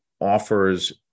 offers